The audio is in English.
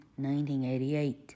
1988